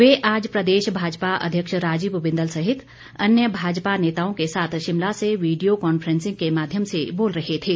वे आज प्रदेश भाजपा अध्यक्ष राजीव बिंदल सहित अन्य भाजपा नेताओं के साथ शिमला से विडियो कॉन्फ्रेंसिंग के माध्यम से बोल रहे थे